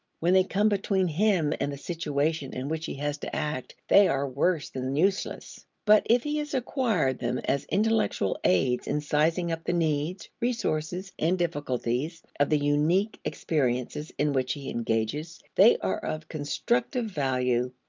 when they come between him and the situation in which he has to act, they are worse than useless. but if he has acquired them as intellectual aids in sizing up the needs, resources, and difficulties of the unique experiences in which he engages, they are of constructive value.